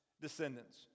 descendants